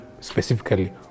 specifically